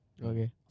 Okay